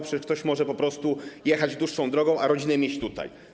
przecież ktoś może po prostu jechać dłuższą drogą, a rodzinę mieć tutaj.